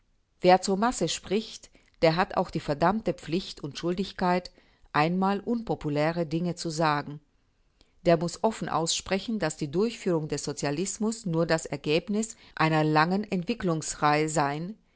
wer zur masse spricht der hat auch die verdammte pflicht und schuldigkeit einmal unpopuläre dinge zu sagen der muß offen aussprechen daß die durchführung des sozialismus nur das ergebnis einer langen entwicklungsreihe sein